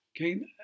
Okay